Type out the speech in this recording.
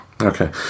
okay